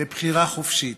לבחירה חופשית?